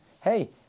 Hey